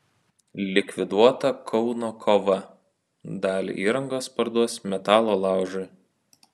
likviduota kauno kova dalį įrangos parduos metalo laužui